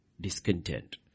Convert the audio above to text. discontent